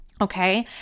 okay